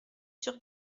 sur